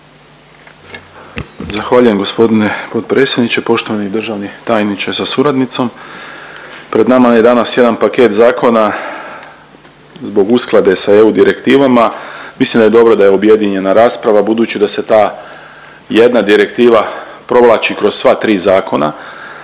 Zahvaljujem gospodine potpredsjedniče. Poštovani državni tajniče sa suradnicom. Pred nama je danas jedan paket zakona zbog usklade sa EU direktivama. Mislim da je dobro da je objedinjena rasprava budući da se ta jedna direktiva provlači kroz sva tri zakona